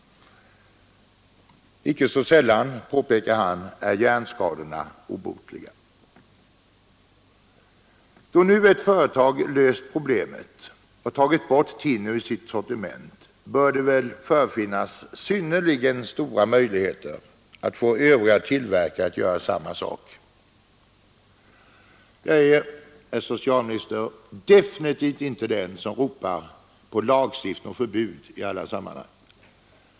Icke så sällan, påpekar han, är hjärnskadorna obotliga. Då nu ett företag har löst problemet och tagit bort thinner ur sitt sortiment bör det väl förefinnas synnerligen stora möjligheter att få övriga tillverkare att göra detsamma. Jag är, herr socialminister, definitivt inte den som ropar på lagstiftning och förbud i alla sammanhang.